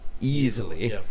easily